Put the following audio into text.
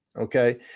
okay